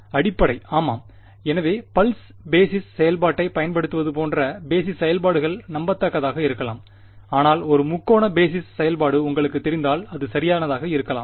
அடிப்படை ஆமாம் எனவே பல்ஸ் பேஸிஸ் செயல்பாட்டைப் பயன்படுத்துவது போன்ற பேஸிஸ் செயல்பாடுகள் நம்பத்தகாததாக இருக்கலாம் ஆனால் ஒரு முக்கோண பேஸிஸ் செயல்பாடு உங்களுக்குத் தெரிந்தால் அது சரியானதாக இருக்கலாம்